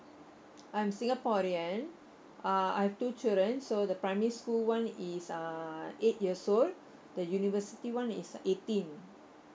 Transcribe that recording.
I'm singaporean uh I have two children so the primary school one is uh eight years old the university one is eighteen